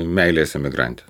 meilės emigrantė